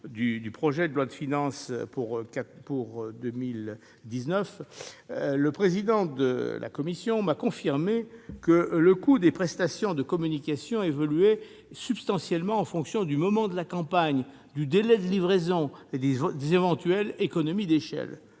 du projet de loi de finances pour 2019, le président de la CNCCFP m'a confirmé que le coût des prestations de communication évoluait substantiellement en fonction du moment de la campagne, du délai de livraison et des éventuelles économies d'échelle